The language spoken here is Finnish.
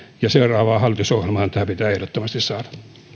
ja seuraavaan hallitusohjelmaan tämä pitää ehdottomasti saada